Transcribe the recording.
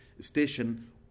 station